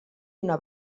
una